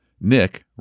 Nick